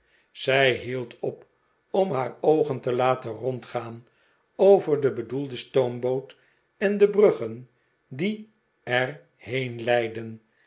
zij hield op om haar oogen te laten rondgaan over de bedoelde stoomboot en de bruggen die er